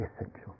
essential